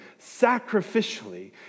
sacrificially